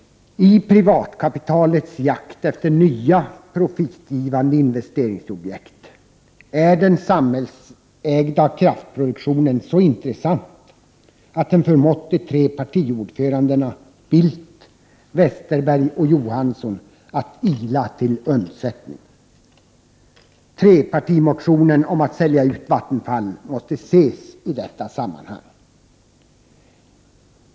I privatkapitalets jakt efter nya profitgivande investeringsobjekt är den samhällsägda kraftproduktionen så intressant att de förmått de tre partiordförandena Bildt, Westerberg och Johansson att ila till privatkapitalets undsättning. Trepartimotionen om att sälja ut Vattenfall måste ses i det ljuset.